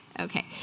Okay